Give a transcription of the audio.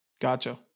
Gotcha